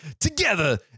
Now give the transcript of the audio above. Together